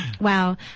Wow